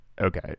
Okay